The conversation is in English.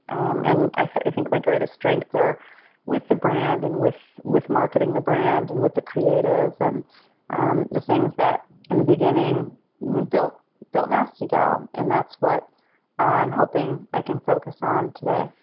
um and i think my greatest strengths are with the brand and with with marketing the brand and with the creative and um the things that in the beginning built built nasty gal. and that's what i'm hoping i can focus on today.